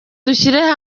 dushyire